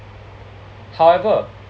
however